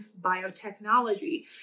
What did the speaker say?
biotechnology